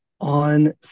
On